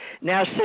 Now